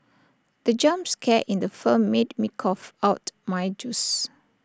the jump scare in the film made me cough out my juice